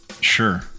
sure